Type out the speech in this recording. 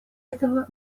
этого